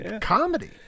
comedy